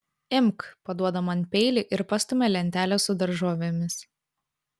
imk paduoda man peilį ir pastumia lentelę su daržovėmis